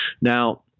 Now